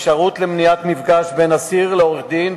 אפשרות למניעת מפגש בין אסיר לעורך-דין,